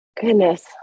goodness